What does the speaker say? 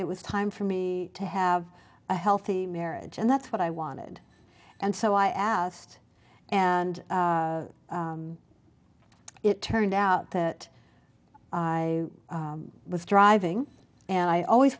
it was time for me to have a healthy marriage and that's what i wanted and so i asked and it turned out that i was driving and i always